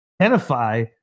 identify